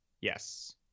Yes